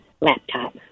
laptop